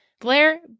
Blair